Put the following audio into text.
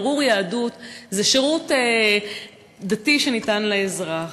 בירור יהדות זה שירות דתי שניתן לאזרח,